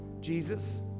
Jesus